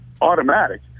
automatic